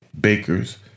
bakers